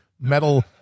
metal